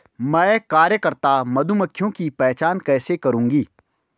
मैं कार्यकर्ता मधुमक्खियों की पहचान कैसे करूंगी?